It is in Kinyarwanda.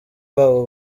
babo